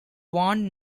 warned